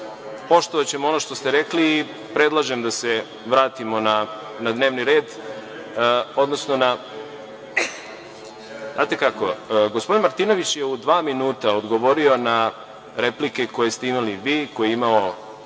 poštovaćemo ono što ste rekli i predlažem da se vratimo na dnevni red. Znate kako, gospodin Martinović je u dva minuta odgovorio na replike koje ste imali vi, koje je imao